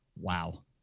Wow